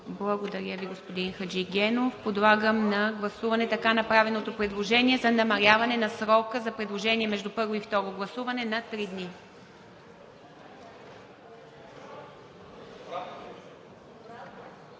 Благодаря Ви, господин Хаджигенов. Подлагам на гласуване така направеното предложение за намаляване на срока за предложения между първо и второ гласуване на три дни.